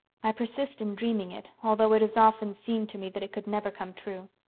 i persist in dreaming it, although it has often seemed to me that it could never come true.